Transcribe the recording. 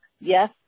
yes